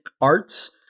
arts